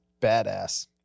Badass